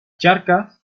charcas